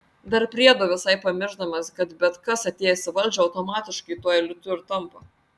dar priedo visai pamiršdamas kad bet kas atėjęs į valdžią automatiškai tuo elitu ir tampa